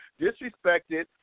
disrespected